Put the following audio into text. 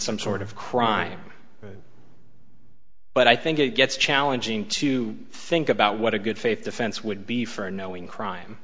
some sort of crime but i think it gets challenging to think about what a good faith defense would be for knowing crime